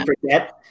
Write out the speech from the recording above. forget